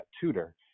tutor